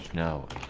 know